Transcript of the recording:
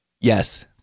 Yes